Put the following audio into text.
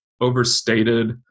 overstated